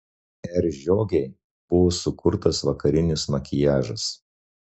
r žiogei buvo sukurtas vakarinis makiažas